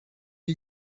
you